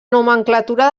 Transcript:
nomenclatura